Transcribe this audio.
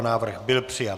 Návrh byl přijat.